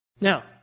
Now